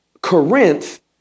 Corinth